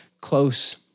close